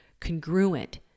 congruent